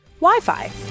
Wi-Fi